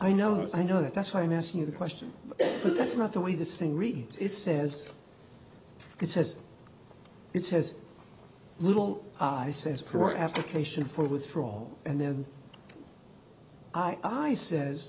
i know i know that's why i'm asking the question but that's not the way this thing reads it says it says it says little i says per application for withdraw and then i says